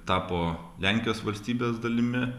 tapo lenkijos valstybės dalimi